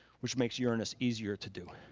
which makes uranus easier to do.